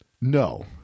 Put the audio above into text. No